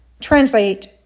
Translate